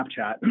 Snapchat